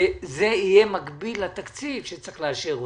וזה יהיה במקביל לתקציב שצריך לאשר אותו.